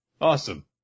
Awesome